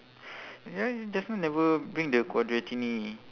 ya just now never bring the quadratini